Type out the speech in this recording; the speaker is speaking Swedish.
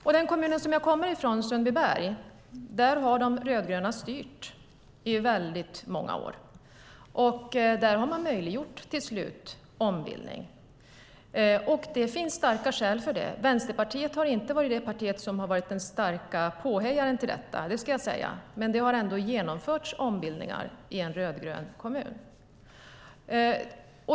I den kommun som jag kommer från, Sundbyberg, har de rödgröna styrt i många år, och där har man till slut möjliggjort ombildning. Det finns starka skäl för det. Vänsterpartiet är inte det parti som har varit den starka påhejaren av detta - det ska jag säga. Men det har ändå genomförts ombildningar i en rödgrön kommun.